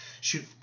shoot